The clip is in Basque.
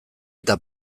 eta